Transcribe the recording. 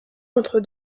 entre